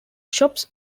shops